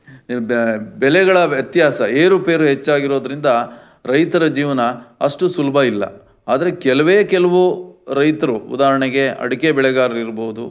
ಬಾ ಬೆಲೆಗಳ ವ್ಯತ್ಯಾಸ ಏರು ಪೇರು ಹೆಚ್ಚಾಗಿರೋದರಿಂದ ರೈತರ ಜೀವನ ಅಷ್ಟು ಸುಲಭ ಇಲ್ಲ ಆದರೆ ಕೆಲವೇ ಕೆಲವು ರೈತರು ಉದಾಹರಣೆಗೆ ಅಡಿಕೆ ಬೆಳೆಗಾರರು ಇರ್ಬೋದು